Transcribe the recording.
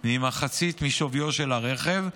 ממחצית משווי של הרכב,